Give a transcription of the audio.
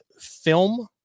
film